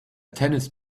tennis